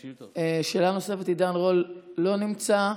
שאלה נוספת, עידן רול, לא נמצא.